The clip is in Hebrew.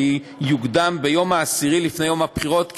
שזה יוקדם ליום העשירי לפני יום הבחירות,